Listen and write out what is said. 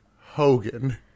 Hogan